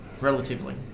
Relatively